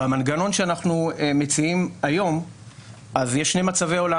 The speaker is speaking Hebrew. במנגנון שאנחנו מציעים היום יש שני מצבי עולם.